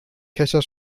kescher